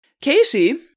Casey